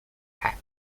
hack